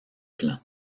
plan